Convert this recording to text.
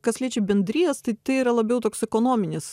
kas liečia bendrijas tai tai yra labiau toks ekonominis